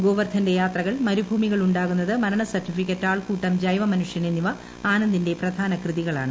ഗോവർദ്ധന്റെ യാത്രകൾ മരുഭൂമികൾ ഉണ്ടാകുന്നത് മരണസർട്ടിഫിക്കറ്റ് ആൾക്കൂട്ടം ജൈവമനുഷ്യൻ എന്നിവ ആനന്ദിന്റെ പ്രധാനകൃതികളാണ്